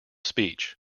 speech